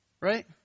right